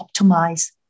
optimize